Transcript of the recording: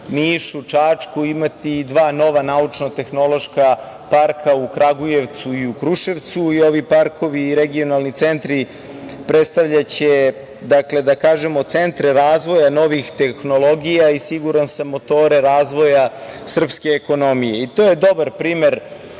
Nišu, Čačku imati dva nova naučno-tehnološka parka u Kragujevcu i u Kruševcu i ovi parkovi i regionalni centri predstavljaće, da kažemo centre razvoja novih tehnologija i siguran sam motore razvoja srpske ekonomije. To je dobar primer